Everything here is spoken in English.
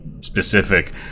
specific